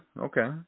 okay